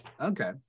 Okay